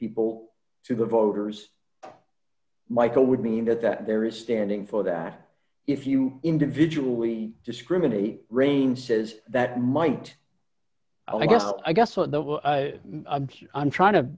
people to the voters michel would mean that that there is standing for that if you individually discriminate rein says that might i guess i guess what the i'm trying to